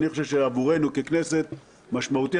אני חושב שעבורנו ככנסת זה משמעותי.